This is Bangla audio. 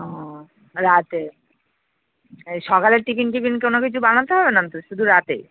ও রাতে এই সকালের টিফিন পিফিন কোনো কিছু বানাতে হবে না তো শুধু রাতে